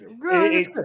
good